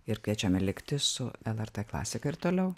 ir kviečiame likti su lrt klasika ir toliau